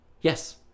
yes